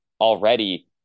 already